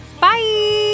bye